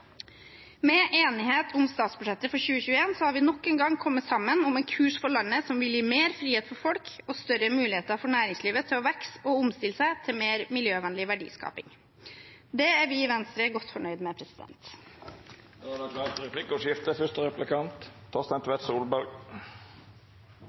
Med enighet om statsbudsjettet for 2021 har vi nok en gang kommet sammen om en kurs for landet som vil gi mer frihet for folk og større muligheter for næringslivet til å vokse og omstille seg til mer miljøvennlig verdiskaping. Det er vi i Venstre godt fornøyd med.